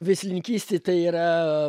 veislininkystei tai yra